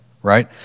right